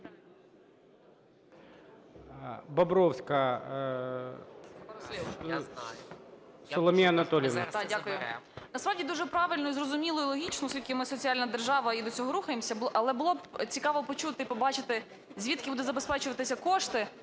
Бобровська Соломія Анатоліївна.